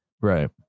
right